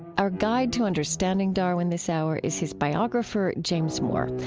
our guide to understanding darwin this hour is his biographer, james moore,